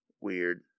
Weird